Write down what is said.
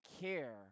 care